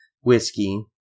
whiskey